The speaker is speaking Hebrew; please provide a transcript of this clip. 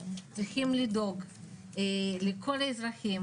צריכים לדאוג לכל האזרחים,